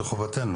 זה חובתנו,